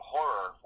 Horror